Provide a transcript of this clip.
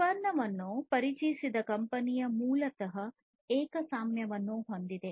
ಉತ್ಪನ್ನವನ್ನು ಪರಿಚಯಿಸಿದ ಕಂಪನಿಯು ಮೂಲತಃ ಏಕಸ್ವಾಮ್ಯವನ್ನು ಹೊಂದಿದೆ